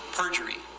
perjury